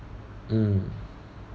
mm